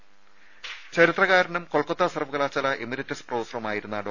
രേര ചരിത്രകാരനും കൊൽക്കത്ത സർവ്വകലാശാല എമിരറ്റസ് പ്രൊഫസറുമായിരുന്ന ഡോ